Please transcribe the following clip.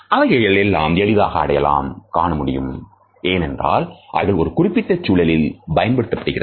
அவைகளை எல்லாம் எளிதாக அடையாளம் காணமுடியும் ஏனென்றால் அவைகள் ஒரு குறிப்பிட்ட சூழலில் பயன்படுத்தப்படுகிறது